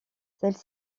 celles